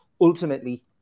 ultimately